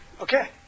okay